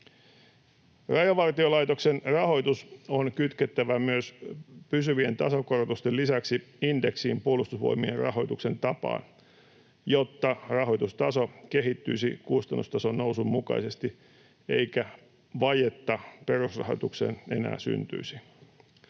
Rajavartiolaitoksen rahoitus on kytkettävä pysyvien tasokorotusten lisäksi myös indeksiin Puolustusvoimien rahoituksen tapaan, jotta rahoitustaso kehittyisi kustannustason nousun mukaisesti eikä vajetta perusrahoitukseen enää syntyisi.